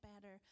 better